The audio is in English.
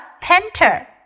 painter